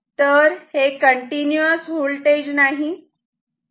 तर हे continuous voltage नाही